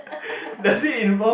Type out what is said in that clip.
does it involve